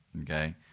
okay